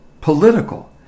political